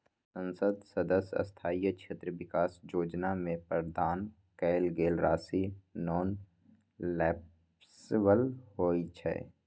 संसद सदस्य स्थानीय क्षेत्र विकास जोजना में प्रदान कएल गेल राशि नॉन लैप्सबल होइ छइ